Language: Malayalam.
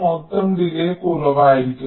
മൊത്തം ഡിലേയ്യ് കുറവായിരിക്കും